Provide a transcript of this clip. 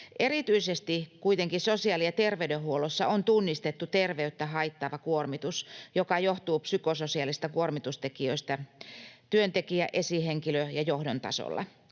Erityisesti kuitenkin sosiaali- ja terveydenhuollossa on tunnistettu terveyttä haittaava kuormitus, joka johtuu psykososiaalisista kuormitustekijöistä, työntekijätasolla, esihenkilötasolla ja johdon tasolla.